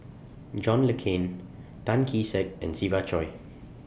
John Le Cain Tan Kee Sek and Siva Choy